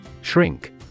Shrink